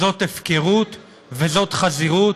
זאת הפקרות וזאת חזירות.